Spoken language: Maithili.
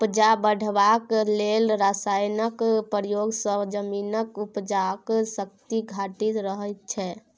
उपजा बढ़ेबाक लेल रासायनक प्रयोग सँ जमीनक उपजाक शक्ति घटि रहल छै